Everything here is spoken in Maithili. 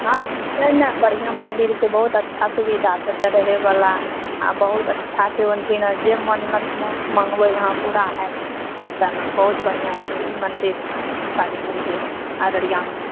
हँ ओतए ने बढ़िआँ मन्दिर छै बहुत अच्छा सुविधा छै ओतए रहैवला आओर बहुत अच्छा छै ओन्ने जे मन्नत माँगबै यहाँ पूरा हैत ओतए ने बहुत बढ़िआँ छै ई मन्दिर काली मन्दिर अररियामे